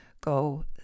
go